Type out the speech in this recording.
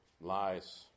lies